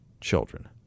children